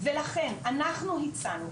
ולכן אנחנו הצענו,